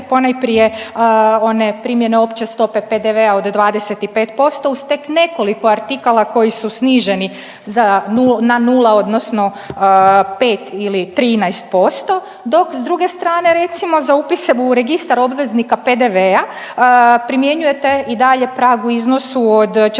ponajprije one primjene opće stope PDV-a od 25% uz tek nekoliko artikala koji su sniženi na nula, odnosno 5 ili 13%. Dok s druge strane recimo za upise u registar obveznika PDV-a primjenjujete i dalje prag u iznosu od 40